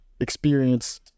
experience